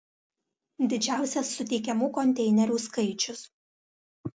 didžiausias suteikiamų konteinerių skaičius